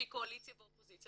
שהיא קואליציה ואופוזיציה,